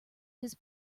his